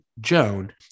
Joan